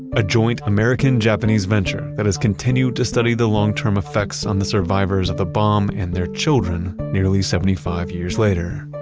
a joint american-japanese venture that has continued to study the long-term effects on the survivors of the bomb and their children nearly seventy five years later.